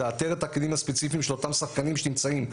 לאתר את הכלים הספציפיים של אותם שחקנים שנמצאים,